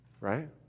right